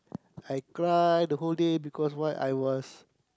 I cried the whole day because why I was